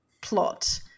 plot